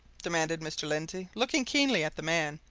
demanded mr. lindsey, looking keenly at the man.